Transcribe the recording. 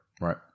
Right